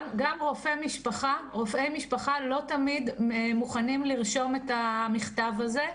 גם רופאי משפחה לא תמיד מוכנים לרשום את המכתב הזה.